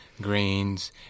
grains